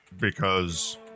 Because